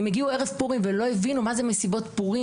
הן הגיעו ערב פורים ולא הבינו מה זה מסיבות פורים